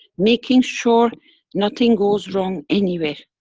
making sure nothing goes wrong anywhere.